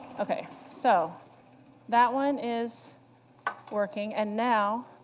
ok, so that one is working. and now,